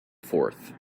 fourth